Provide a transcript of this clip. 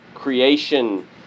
creation